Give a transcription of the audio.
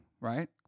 right